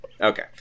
Okay